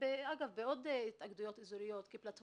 זה פשוט חבל.